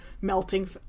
Melting